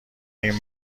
این